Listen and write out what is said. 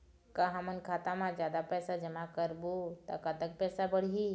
का हमन खाता मा जादा पैसा जमा करबो ता कतेक पैसा बढ़ही?